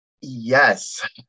Yes